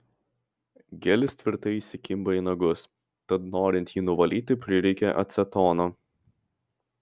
gelis tvirtai įsikimba į nagus tad norint jį nuvalyti prireikia acetono